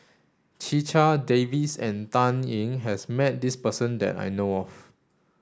Checha Davies and Dan Ying has met this person that I know of